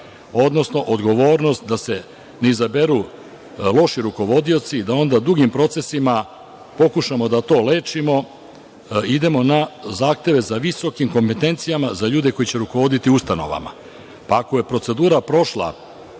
odnosno odgovornost da se ne izaberu loši rukovodioci i da onda dugim procesima pokušamo to da lečimo, idemo na zahteve za visokim kompetencijama za ljude koji će rukovoditi ustanovama. Ako je procedura prošla